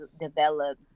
develop